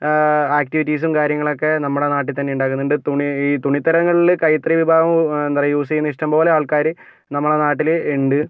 ആക്ടിവിറ്റീസും കാര്യങ്ങളൊക്കെ നമ്മുടെ നാട്ടിൽ തന്നെ ഉണ്ടാക്കുന്നുണ്ട് തുണി ഈ തുണിത്തരങ്ങൾ കൈത്തറി വിഭാഗവും എന്താ പറയുക യൂസേയ്യുന്ന ഇഷ്ടംപോലെ ആൾകാർ നമ്മളുടെ നാട്ടിലുണ്ട്